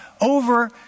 over